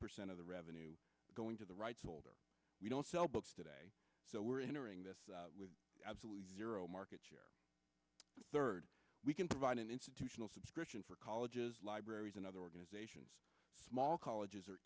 percent of the revenue going to the rights holder we don't sell books today so we're entering this with absolutely zero market share third we can provide an institutional subscription for colleges libraries and other organizations small colleges are